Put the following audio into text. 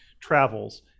travels